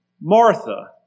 Martha